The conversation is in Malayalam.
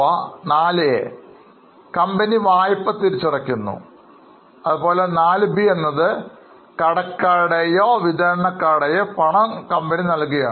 ഇപ്പോൾ 4a നോക്കൂ കമ്പനി വായ്പ തിരിച്ചടക്കുന്നു അതുപോലെ 4b എന്നത് കടക്കാരുടെ യോ വിതരണക്കാരുടെ യോ പണം നൽകുന്നതാണ്